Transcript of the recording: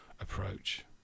approach